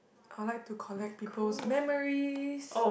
I like to collect people's memories